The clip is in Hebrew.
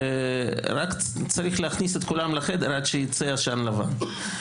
רק צריך להכניס את כולם לחדר עד שייצא עשן לבן.